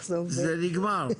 זה נגמר,